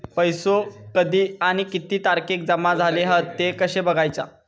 पैसो कधी आणि किती तारखेक जमा झाले हत ते कशे बगायचा?